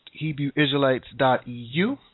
HebrewIsraelites.eu